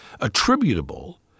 attributable